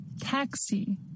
Taxi